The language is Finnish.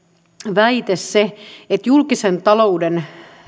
väite se että julkisen talouden